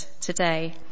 today